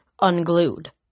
unglued